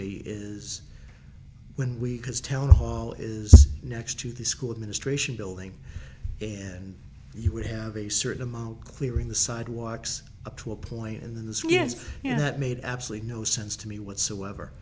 me is when we because town hall is next to the school administration building and you would have a certain amount clearing the sidewalks up to a point in this weekend and that made absolutely no sense to me whatsoever